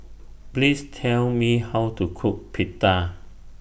Please Tell Me How to Cook Pita